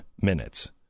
minutes